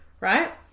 right